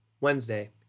Wednesday